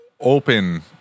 open